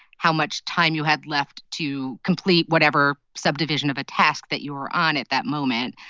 how much time you had left to complete whatever subdivision of a task that you were on at that moment.